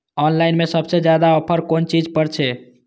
Online में सबसे ज्यादा ऑफर कोन चीज पर छे?